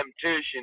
Temptation